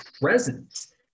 presence